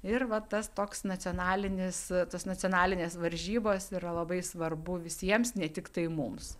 ir va tas toks nacionalinis tos nacionalinės varžybos yra labai svarbu visiems ne tiktai mums